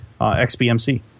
XBMC